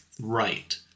right